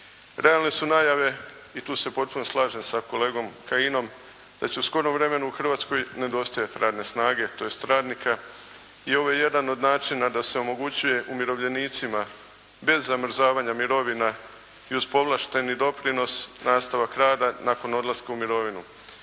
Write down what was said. Realne su najave, i tu se potpuno slažem sa kolegom Kajinom da će u skorom vremenu Hrvatskoj nedostajati radne snage, tj. radnika i ovo je jedan od načina da se omogućuje umirovljenicima bez zamrzavanja mirovina i uz povlašteni doprinos nastavak rada nakon odlaska u mirovinu.